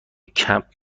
کمپ